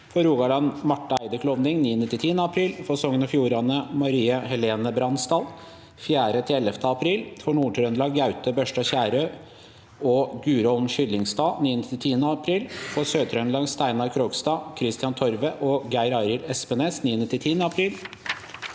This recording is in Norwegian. For Rogaland: Marte Eide Klovning 9.–10. april For Sogn og Fjordane: Marie-Helene H. Brandsdal 4.–11. april For Nord-Trøndelag: Gaute Børstad Skjervø og Guro Holm Skillingstad 9.–10. april For Sør-Trøndelag: Steinar Krogstad, Kristian Torve og Geir Arild Espnes 9.–10. april